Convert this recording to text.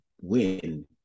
win